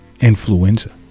influenza